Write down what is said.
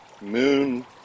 Moon